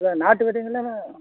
இல்லை நாட்டு விதைங்களா இல்லை